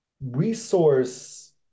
resource